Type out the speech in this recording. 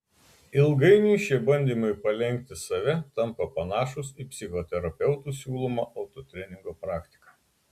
ilgainiui šie bandymai palenkti save tampa panašūs į psichoterapeutų siūlomą autotreningo praktiką